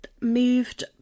moved